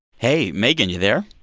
hey, megan, you there?